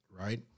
right